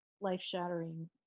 life-shattering